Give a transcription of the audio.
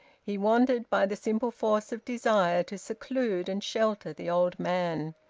he wanted, by the simple force of desire, to seclude and shelter the old man,